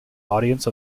audience